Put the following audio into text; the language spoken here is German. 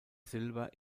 silber